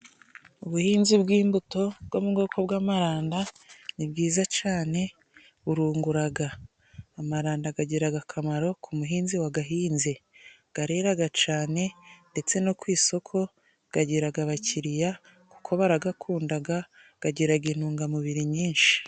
Ubuhinzi bw'imbuto bwo mu bwoko bw'amaranda ni bwiza cane burunguraga amaranda gagiraga akamaro ku muhinzi wagahinzi gareraga cane ndetse no ku isoko gagiraga abakiriya kuko baragakundaga gagiraga intungamubiri nyinshi.